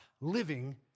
living